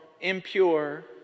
impure